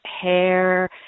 hair